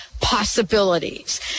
possibilities